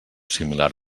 similar